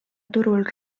turul